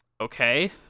Okay